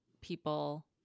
people